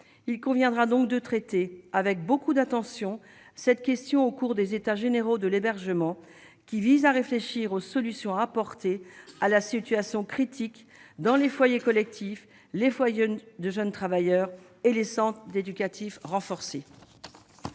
il conviendra donc de traiter avec beaucoup d'attention cette question au cours des états généraux de l'hébergement, qui vise à réfléchir aux solutions apportées à la situation critique dans les foyers collectifs, les foyers de jeunes travailleurs et les essence d'éducatif renforcés.